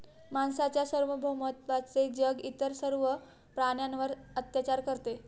माणसाच्या सार्वभौमत्वाचे जग इतर सर्व प्राण्यांवर अत्याचार करते